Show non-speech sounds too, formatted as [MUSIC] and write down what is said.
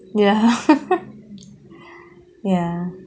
ya [LAUGHS] ya